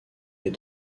est